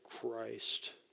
Christ